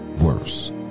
worse